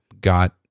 got